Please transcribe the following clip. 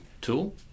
tool